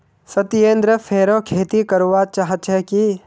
सत्येंद्र फेरो खेती करवा चाह छे की